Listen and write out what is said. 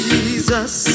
Jesus